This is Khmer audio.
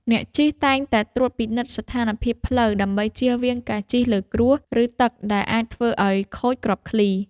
អ្នកជិះតែងតែត្រួតពិនិត្យស្ថានភាពផ្លូវ ដើម្បីជៀសវាងការជិះលើគ្រួស ឬទឹកដែលអាចធ្វើឱ្យខូចគ្រាប់ឃ្លី។